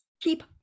keep